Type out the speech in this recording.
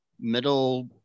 middle